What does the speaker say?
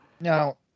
Now